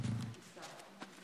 חבר הכנסת בן גביר,